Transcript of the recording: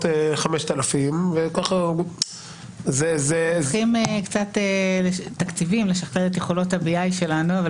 5,000. צריכים קצת תקציבים לשכפל את יכולות ה-BI שלנו.